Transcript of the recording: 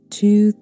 two